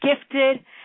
gifted